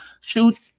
shoot